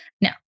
Now